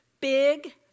big